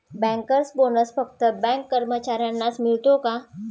Bankers bonus फक्त bank कर्मचाऱ्यांनाच मिळतो का?